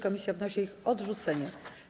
Komisja wnosi o ich odrzucenie.